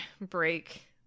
break